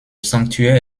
sanctuaire